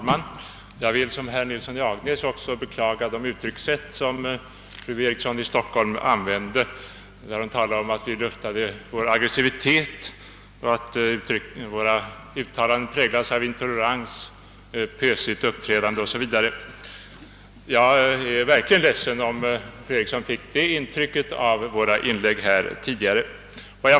Herr talman! Liksom herr Nilsson i Agnäs beklagar jag de uttryckssätt som fru Eriksson i Stockholm använde, när hon talade om att vi luftade vår aggressivitet, att våra uttalanden präglades av intolerans och åtföljdes av ett pösigt uppträdande o.s.v. Jag är verkligen ledsen om fru Eriksson fick det intrycket av våra inlägg.